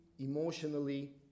emotionally